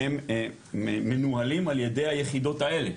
הם מנוהלים על ידי היחידות האלה,